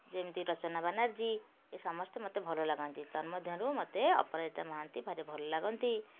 ଯେମିତି ରଚନା ବାନାର୍ଜୀ ଏ ସମସ୍ତେ ମୋତେ ଭଲ ଲାଗନ୍ତି ତନ୍ମଧ୍ୟରୁ ମୋତେ ଅପରାଜିତା ମହାନ୍ତି ଭାରି ଭଲ ଲାଗନ୍ତି